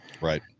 right